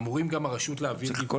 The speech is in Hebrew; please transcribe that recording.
אמורים גם הרשות להעביר דיווחים עתיים.